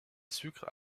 sucre